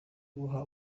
guha